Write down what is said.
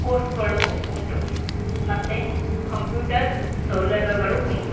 ಕೋರ್ಸುಗಳು ಉಂಟು ಮತ್ತು ಕಂಪ್ಯೂಟರ್ ಸೌಲಭ್ಯಗಳು ಉಂಟು